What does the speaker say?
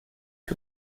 que